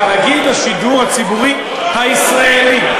תאגיד השידור הציבורי הישראלי.